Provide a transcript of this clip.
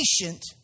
patient